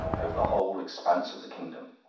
over the whole expanse of the kingdom.